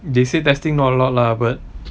they said testing not a lot lah but